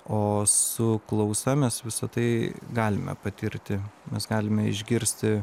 o su klausa mes visa tai galime patirti mes galime išgirsti